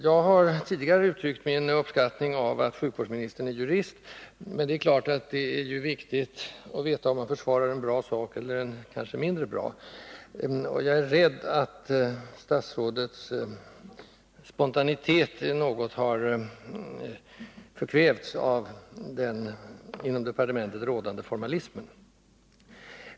Jag har tidigare uttryckt min uppskattning av att sjukvårdsministern är jurist, men det är givetvis viktigt att veta om man försvarar en bra eller en mindre bra sak. Och jag är rädd att statsrådets spontanitet något har förkvävts av den inom departementet rådande formalismen.